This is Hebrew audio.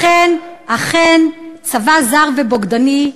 לכן, אכן צבא זר ובוגדני,